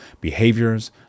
behaviors